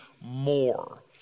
more